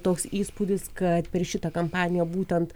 toks įspūdis kad per šitą kampaniją būtent